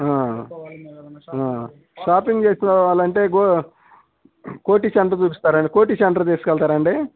ఆ షాపింగ్ చేసుకోవాలంటే go Koti centre చూపిస్తారాండి కోటి సెంటర్ తీసుకెళ్తారాండి